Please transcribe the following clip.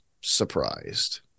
surprised